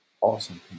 awesome